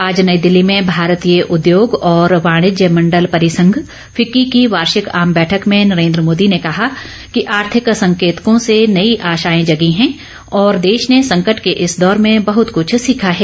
आज नई दिल्ली में भारतीय उद्योग और वाणिज्य मण्डल परिसंघ फिक्की की वार्षिक आम बैठक में नरेन्द्र मोदी ने कहा कि आर्थिक संकेतकों से नयी आशाएं जगी हैं और देश ने संकट के इस दौर में बहत कृछ सीखा है